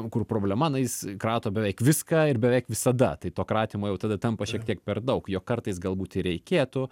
kur problema na jis krato beveik viską ir beveik visada tai to kratymo jau tada tampa šiek tiek per daug jog kartais galbūt ir reikėtų